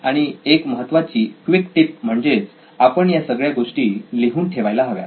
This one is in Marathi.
आणि एक महत्वाची क्विक टीप म्हणजे आपण या सगळ्या गोष्टी लिहून ठेवायला हव्यात